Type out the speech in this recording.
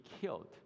killed